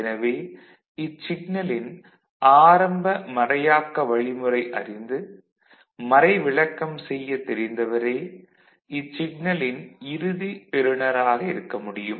எனவே இச்சிக்னலின் ஆரம்ப மறையாக்க வழிமுறை அறிந்து மறைவிலக்கம் செய்ய தெரிந்தவரே இச்சிக்னலின் இறுதி பெறுநராக இருக்க முடியும்